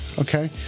Okay